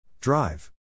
Drive